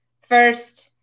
first